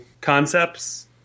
concepts